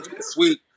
Sweet